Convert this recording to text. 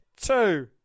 two